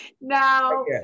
Now